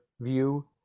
view